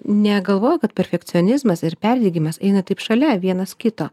negalvojau kad perfekcionizmas ir perdegimas eina taip šalia vienas kito